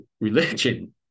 religion